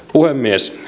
puhemies